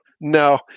No